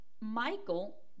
Michael